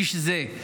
איש זה,